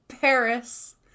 Paris